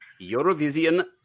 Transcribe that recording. Eurovision